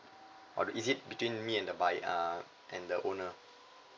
or is it between me and the buyer uh and the owner